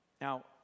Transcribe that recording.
Now